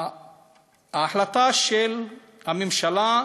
ההחלטה של הממשלה,